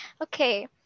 okay